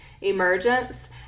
emergence